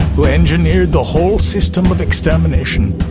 who engineered the whole system of extermination,